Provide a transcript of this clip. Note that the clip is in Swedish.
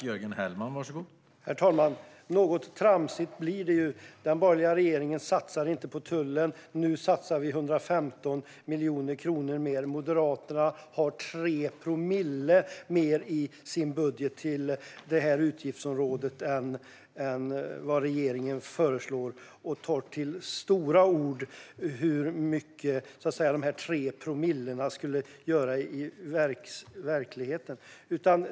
Herr talman! Något tramsigt tycker jag att det här blir. Den borgerliga regeringen satsade inte på tullen. Nu satsar vi 115 miljoner kronor mer. Moderaterna har 3 promille mer i sin budget till det här utgiftsområdet än vad regeringen och tar till stora ord om hur mycket dessa 3 promille skulle göra i verkligheten.